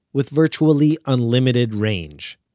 with virtually unlimited range.